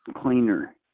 cleaner